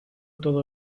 todo